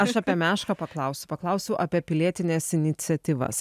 aš apie mešką paklausiu paklausiau apie pilietines iniciatyvas